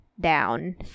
down